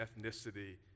ethnicity